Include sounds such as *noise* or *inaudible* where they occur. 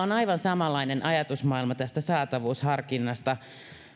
*unintelligible* on aivan samanlainen ajatusmaailma tästä saatavuusharkinnasta